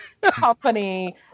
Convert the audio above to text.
company